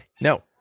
No